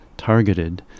Targeted